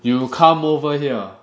you come over here